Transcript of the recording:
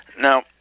now